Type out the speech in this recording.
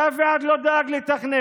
כי אף אחד לא דאג לתכנן.